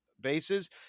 bases